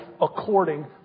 according